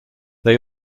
they